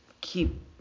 keep